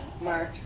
March